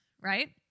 right